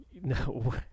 no